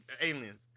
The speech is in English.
Aliens